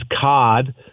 cod